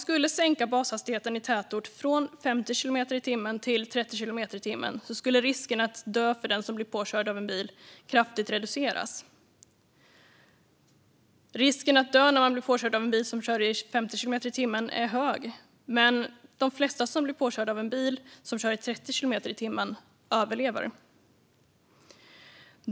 Att sänka bashastigheten i tätort från 50 kilometer i timmen till 30 kilometer i timmen reducerar kraftigt risken att dö för den som blir påkörd av en bil. De flesta som blir påkörda av en bil som kör 30 kilometer i timmen överlever.